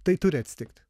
tai turi atsitikt